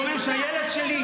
אתה לא --- זה מקומם שהילד שלי,